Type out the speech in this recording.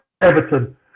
Everton